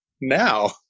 now